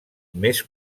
més